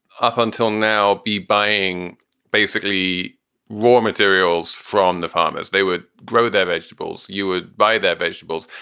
up until now be buying basically raw materials from the farmers. they would grow their vegetables. you would buy their vegetables.